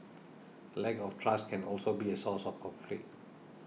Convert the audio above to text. a lack of trust can also be a source of conflict